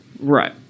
Right